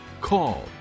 call